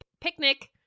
picnic